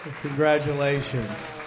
Congratulations